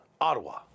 Ottawa